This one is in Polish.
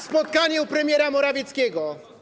Spotkanie u premiera Morawieckiego.